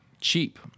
cheap